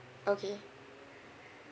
okay